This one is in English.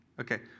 Okay